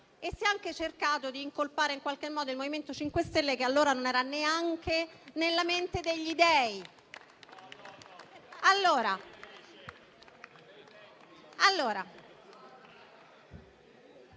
Si è anche cercato di incolpare in qualche modo il MoVimento 5 Stelle, che allora non era neanche nella mente degli dei.